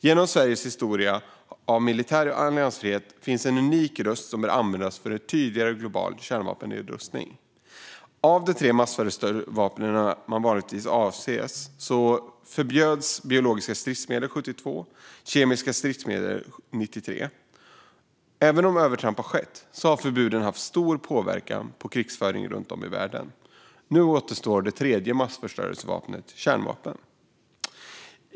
Genom Sveriges historia av militär alliansfrihet finns en unik röst som bör användas tydligare för en global kärnvapennedrustning. Av de tre massförstörelsevapen man vanligtvis avser förbjöds biologiska stridsmedel 1972 och kemiska stridsmedel 1993. Även om övertramp har skett har förbuden haft stor påverkan på krigföringen runt om i världen. Nu återstår det tredje massförstörelsevapnet, kärnvapen.